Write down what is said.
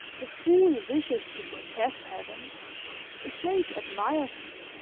the fool wishes to possess heaven the sage admires it,